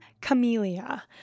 Camellia